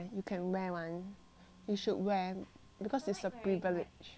you should wear because it's a privilege